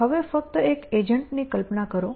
હવે ફક્ત એક એજન્ટ ની કલ્પના કરો